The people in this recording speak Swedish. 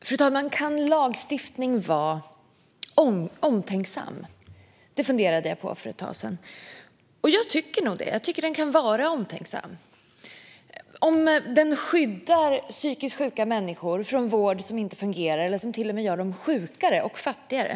Fru talman! Kan lagstiftning vara omtänksam? Det funderade jag på för ett tag sedan. Jag tycker nog det. Jag tycker att den kan vara omtänksam om den skyddar psykiskt sjuka människor från vård som inte fungerar eller som till och med gör dem sjukare och fattigare.